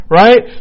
right